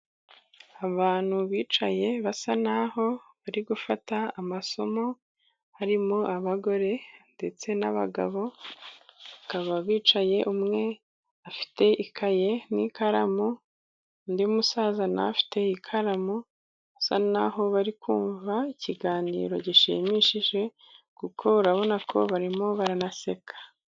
Abantu bicaye basa naho bari gufata amasomo, harimo abagore, ndetse n'abagabo, bakaba bicaye umwe afite ikaye n'ikaramu, undi musaza nawe afite ikaramu, basa naho bari kumva ikiganiro gishimishije, kuko urabona ko barimo baranaseka.